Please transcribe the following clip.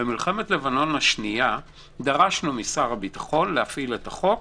במלחמת לבנון השנייה דרשנו משר הביטחון להפעיל את החוק,